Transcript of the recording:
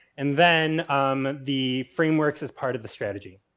and then the frameworks as part of the strategy.